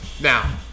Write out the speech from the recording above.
Now